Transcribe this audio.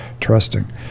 trusting